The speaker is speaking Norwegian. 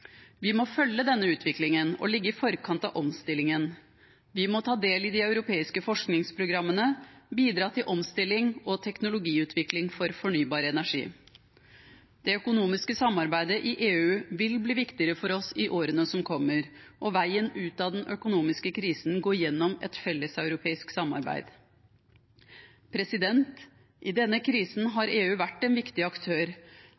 Vi må følge denne utviklingen og ligge i forkant av omstillingen. Vi må ta del i de europeiske forskningsprogrammene og bidra til omstilling og teknologiutvikling for fornybar energi. Det økonomiske samarbeidet i EU vil bli viktigere for oss i årene som kommer, og veien ut av den økonomiske krisen går gjennom et felleseuropeisk samarbeid. I denne krisen har EU vært en så viktig aktør